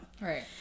Right